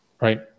Right